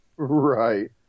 Right